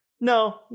No